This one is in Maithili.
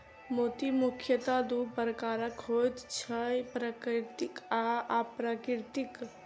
मोती मुखयतः दू प्रकारक होइत छै, प्राकृतिक आ अप्राकृतिक